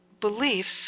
beliefs